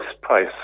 price